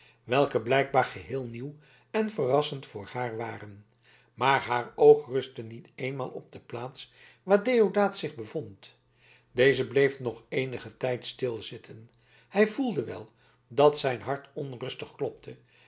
welke blijkbaar geheel nieuw en verrassend voor haar waren maar haar oog rustte niet eenmaal op de plaats waar deodaat zich bevond deze bleef nog eenigen tijd stilzitten hij voelde wel dat zijn hart onrustig klopte